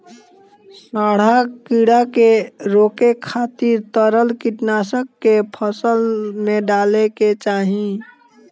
सांढा कीड़ा के रोके खातिर तरल कीटनाशक के फसल में डाले के चाही